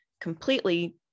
completely